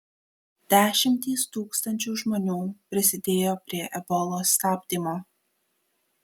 dešimtys tūkstančių žmonių prisidėjo prie ebolos stabdymo